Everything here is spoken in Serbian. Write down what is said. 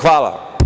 Hvala.